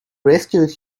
rescued